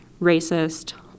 racist